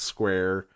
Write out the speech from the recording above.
Square